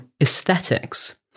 aesthetics